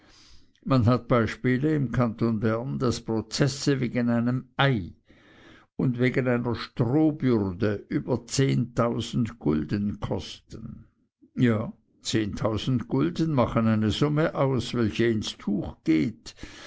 man hat beispiele im kanton bern daß prozesse wegen einem ei und wegen einer strohbürde über zehntausend gulden kosten ja zehntausend gulden machen eine summe aus welche ins tuch geht